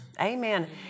Amen